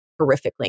horrifically